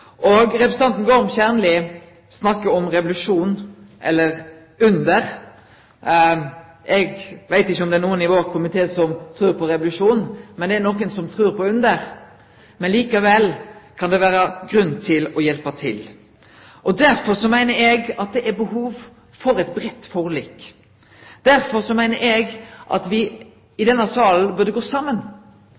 salen. Representanten Gorm Kjernli snakka om revolusjon eller under. Eg veit ikkje om det er nokon i vår komité som trur på revolusjon, men det er nokre som trur på under. Likevel kan det vere grunn til å hjelpe til. Derfor meiner eg det er behov for eit breitt forlik. Derfor meiner eg at me i denne salen bør gå saman.